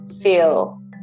feel